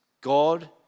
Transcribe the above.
God